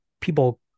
people